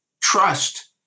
trust